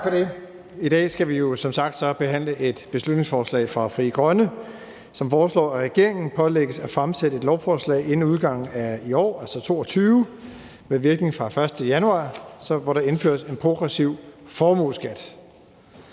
jo som sagt behandle et beslutningsforslag fra Frie Grønne, som foreslår, at regeringen pålægges at fremsætte et lovforslag inden udgangen af i år, altså 2022, og med virkning fra den 1. januar, hvor der indføres en progressiv formueskat.